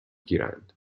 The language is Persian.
گیرند